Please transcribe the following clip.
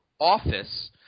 Office